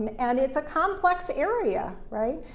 um and it's a complex area. right?